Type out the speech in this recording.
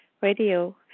radio